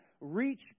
reach